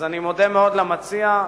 אני מודה מאוד למציע,